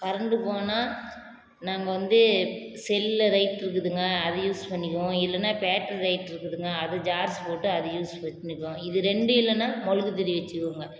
current போனால் நாங்கள் வந்து செல்லில் லைட் இருக்குதுங்க அது யூஸ் பண்ணிக்குவோம் இல்லைன்னா பேட்ரி லைட்ருக்குதுங்க அது ஜார்ஜ் போட்டு அது யூஸ் பண்ணிக்குவோம் இது ரெண்டும் இல்லைன்னா மெழுகுதிரி வச்சுக்குவோங்க